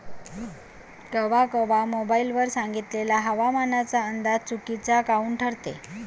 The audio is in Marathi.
कवा कवा मोबाईल वर सांगितलेला हवामानाचा अंदाज चुकीचा काऊन ठरते?